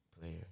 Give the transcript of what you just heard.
player